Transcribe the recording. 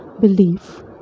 belief